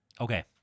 Okay